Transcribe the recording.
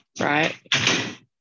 right